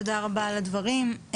תודה רבה לך על הדברים.